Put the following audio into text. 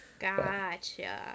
Gotcha